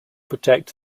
protect